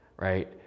right